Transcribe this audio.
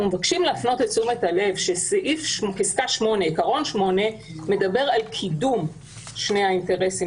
אנחנו מבקשים להפנות את תשומת הלב שפסקה 8 מדברת על קידום שני האינטרסים